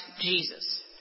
Jesus